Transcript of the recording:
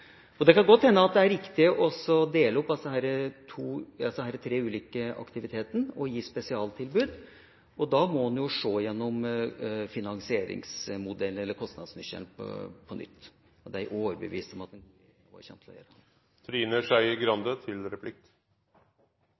minst. Det kan godt hende det er riktig å dele opp de tre ulike aktivitetene og gi spesialtilbud. Da må en se igjennom finansieringsmodellen eller kostnadsnøkkelen på nytt, og det er jeg overbevist om at den gode regjeringa vår kommer til å gjøre.